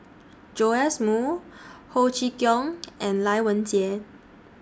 Joash Moo Ho Chee Kong and Lai Weijie